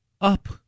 up